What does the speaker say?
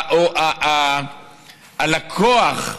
הלקוח,